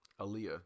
Aaliyah